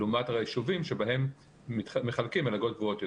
לעומת יישובים שבהם מחלקים מלגות גבוהות יותר.